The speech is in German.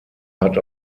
hat